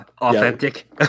authentic